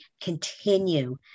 continue